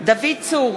דוד צור,